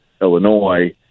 Illinois